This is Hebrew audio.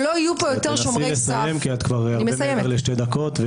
שלא יהיו פה- -- את מעבר לשתי דקות.